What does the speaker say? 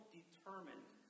determined